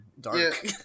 dark